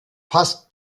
fast